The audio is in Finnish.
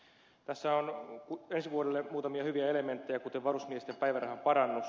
tässä on ensi vuodelle muutamia hyviä elementtejä kuten varusmiesten päivärahan parannus